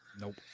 nope